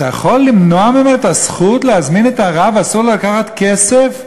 אתה יכול למנוע ממנו את הזכות להזמין את הרב ואסור לו לקחת כסף?